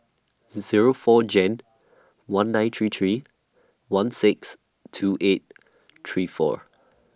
Zero four Jan one nine three three one six two eight three four